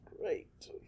great